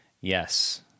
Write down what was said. Yes